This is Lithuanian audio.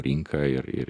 rinką ir ir